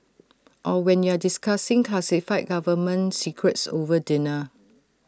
or when you're discussing classified government secrets over dinner